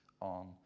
on